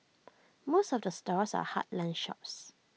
most of the stores are heartland shops